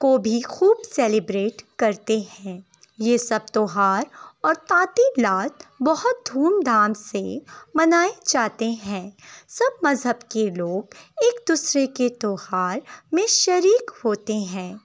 کو بھی خوب سیلیبریٹ کرتے ہیں یہ سب تیوہار اور تعطیلات بہت دھوم دھام سے منائے جاتے ہیں سب مذہب کے لوگ ایک دوسرے کے تیوہار میں شریک ہوتے ہیں